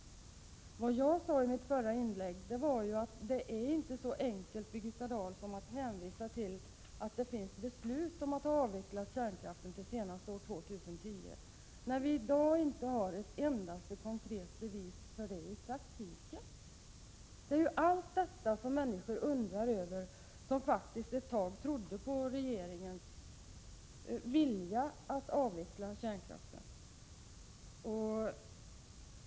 Vad jag sade i mitt förra inlägg var att det inte är så enkelt att svara på frågan som att hänvisa till en avveckling av kärnkraften till år 2010. Vi har i daginte ett enda konkret bevis för att en avveckling skall ske! Det är allt detta som människor undrar över, människor som faktiskt ett tag trodde på regeringens vilja att avveckla kärnkraften.